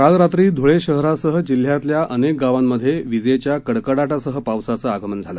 काल रात्री धुळे शहरासह जिल्ह्यातल्या अनेक गावांमध्ये विजेच्या कडकडाटासह पावसाचं आगमन झालं